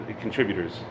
contributors